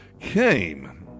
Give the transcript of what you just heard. came